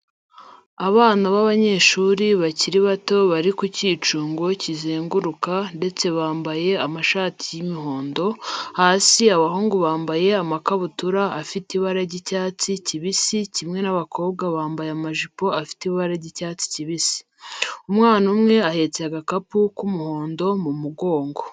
Abana b'abanyeshuri bakiri bato bari ku cyicungo kizenguruka ndetse bambaye amashati y'imihondo, hasi abahungu bambaye amakabutura afite ibara ry'icyatsi kibisi kimwe n'abakobwa bambaye amajipo afite ibara ry'icyatsi kibisi. Umwana umwe ahetse agakapu k'umuondo mu mugongo.